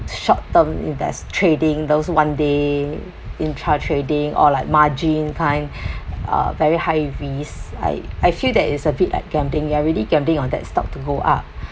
short term if there's trading those one day intra trading or like margin kind uh very high risk like I feel that it's a bit like gambling you're really gambling on that stock to go up